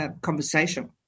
conversation